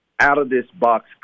out-of-this-box